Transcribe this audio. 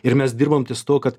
ir mes dirbam ties tuo kad